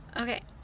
Okay